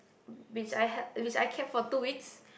which I had which I kept for two weeks